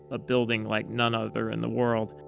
a building like none other in the world.